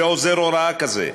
ועוזר הוראה כזה,